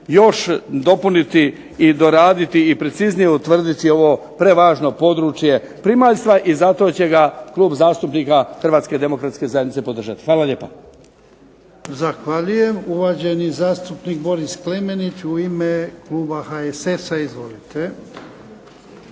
još dopuniti i doraditi i preciznije utvrditi ovo prevažno područje primaljstva i zato će ga Klub zastupnika Hrvatske demokratske zajednice podržati. Hvala lijepa.